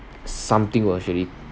something will surely